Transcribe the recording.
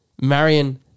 Marion